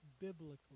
biblically